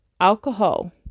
alcohol